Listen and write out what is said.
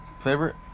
Favorite